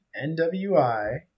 NWI